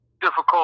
difficult